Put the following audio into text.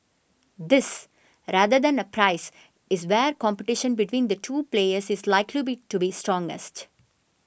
this rather than the price is where competition between the two players is likely be to be strongest